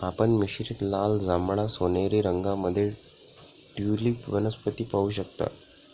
आपण मिश्रित लाल, जांभळा, सोनेरी रंगांमध्ये ट्यूलिप वनस्पती पाहू शकता